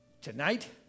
Tonight